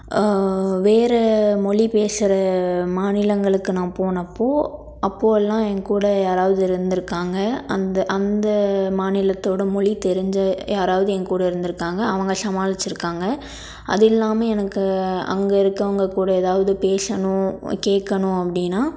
வேற மொழி பேசுகிற மாநிலங்களுக்கு நான் போனப்போ அப்போது எல்லாம் என்கூட யாராவது இருந்துருக்காங்க அந்த அந்த மாநிலத்தோட மொழி தெரிஞ்ச யாராவது என் கூட இருந்துருக்காங்க அவங்க சமாளிச்சுருக்காங்க அது இல்லாமல் எனக்கு அங்கே இருக்கவங்க கூட ஏதாவது பேசணும் கேட்கணும் அப்படின்னா